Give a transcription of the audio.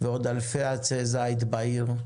ועוד אלפי עצי זית בעיר.